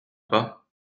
pas